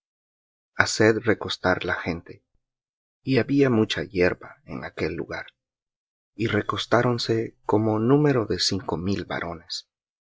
haced recostar la gente y había mucha hierba en aquel lugar y recostáronse como número de cinco mil varones